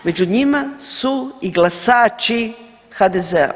Među njima su i glasači HDZ-a.